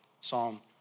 Psalm